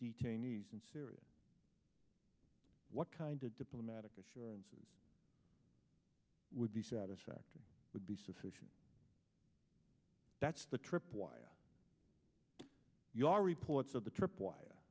detainees in syria what kind of diplomatic assurances would be satisfactory would be sufficient that's the trip while you are reports of the trip w